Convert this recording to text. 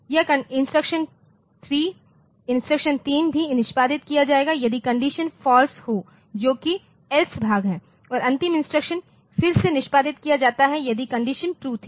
यह इंस्ट्रक्शन 3 भी निष्पादित किया जाएगा यदि कंडीशन फाल्स हो जो कि एल्स भाग है और अंतिम इंस्ट्रक्शन फिर से निष्पादित किया जाता यदि कंडीशन ट्रू थी